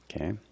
Okay